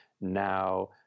now